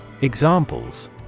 Examples